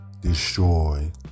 destroy